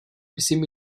bizim